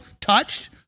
touched